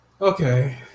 Okay